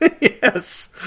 Yes